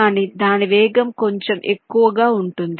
కానీ దాని వేగం కొంచెం ఎక్కువగా ఉంటుంది